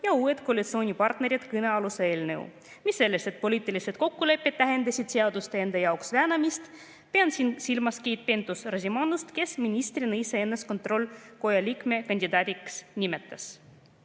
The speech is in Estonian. ja uued koalitsioonipartnerid. Mis sellest, et poliitilised kokkulepped tähendasid seaduste enda jaoks väänamist – pean siin silmas Keit Pentus-Rosimannust, kes ministrina iseennast kontrollikoja liikme kandidaadiks nimetas.